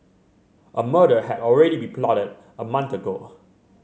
a murder had already been plotted a month ago